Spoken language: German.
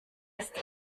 ist